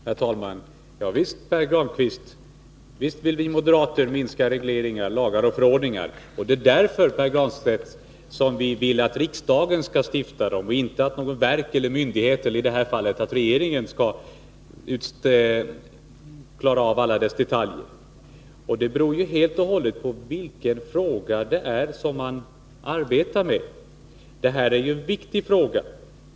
Herr talman! Ja, Pär Granstedt, visst vill vi moderater minska på regleringar, lagar och förordningar. Det är därför som vi vill att riksdagen skall vara den som beslutar — inte att något verk eller någon myndighet eller i det här fallet regeringen skall klara av alla detaljer. Det beror helt och hållet på vilken fråga man arbetar med. Detta är en viktig fråga.